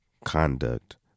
conduct